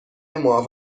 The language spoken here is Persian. معاف